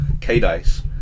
K-Dice